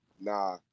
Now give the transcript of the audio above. Nah